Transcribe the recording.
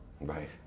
Right